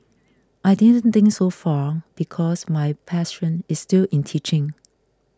I didn't think so far because my passion is still in teaching